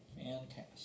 fantastic